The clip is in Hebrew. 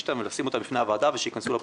אותם ולשים אותם בפני הוועדה ושייכנסו לפרוטוקול.